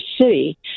city